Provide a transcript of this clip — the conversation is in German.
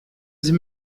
sie